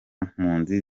mpunzi